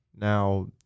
Now